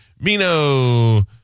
Mino